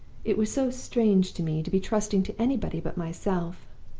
it was so strange to me to be trusting to anybody but myself!